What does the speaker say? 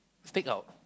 stakeout